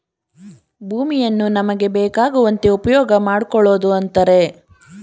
ಭೂಮಿಯನ್ನು ನಮಗೆ ಬೇಕಾಗುವಂತೆ ಉಪ್ಯೋಗಮಾಡ್ಕೊಳೋದು ಅಂತರೆ